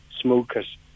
smokers